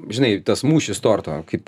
žinai tas mūšis torto kaip